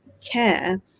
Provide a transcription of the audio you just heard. care